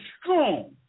strong